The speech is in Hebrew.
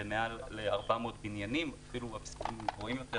במעל ל-400 בניינים ואפילו מספרים גבוהים יותר,